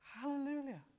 hallelujah